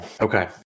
Okay